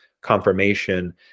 confirmation